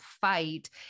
fight